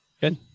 good